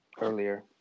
earlier